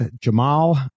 Jamal